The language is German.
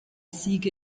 siege